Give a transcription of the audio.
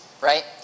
right